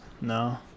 No